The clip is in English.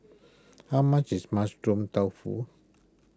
how much is Mushroom Tofu